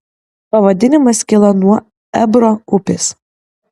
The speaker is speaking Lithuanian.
pavadinimas kilo nuo ebro upės